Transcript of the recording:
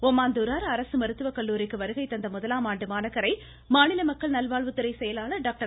ஓமாந்தூரார் அரசு மருத்துவக்கல்லூரிக்கு வருகை தந்த முதலாம் ஆண்டு மாணாக்கரை மாநில மக்கள் நல்வாழ்வுத்துறை செயலாளர் டாக்டர்